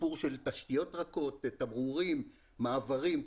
בסיפור של תשתיות רכות, תמרורים, מעברים.